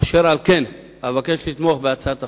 אשר על כן, אבקש לתמוך בהצעת החוק.